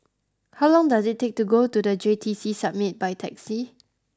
how long does it take to get to the J T C Summit by taxi